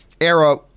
era